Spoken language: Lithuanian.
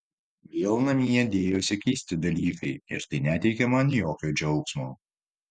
vėl namie dėjosi keisti dalykai ir tai neteikė man jokio džiaugsmo